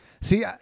See